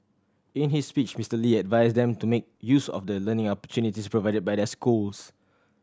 in his speech Mister Lee advised them to make use of the learning opportunities provided by their schools